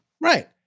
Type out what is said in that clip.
Right